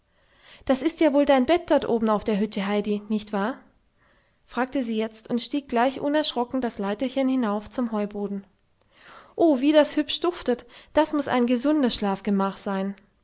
das ist ja wohl dein bett dort auf der höhe heidi nicht wahr fragte sie jetzt und stieg gleich unerschrocken das leiterchen hinauf zum heuboden oh wie das hübsch duftet das muß ein gesundes schlafgemach sein